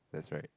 that's right